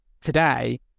today